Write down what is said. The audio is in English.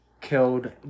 Killed